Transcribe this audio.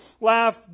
laugh